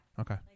Okay